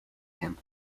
him